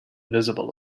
visible